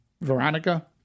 Veronica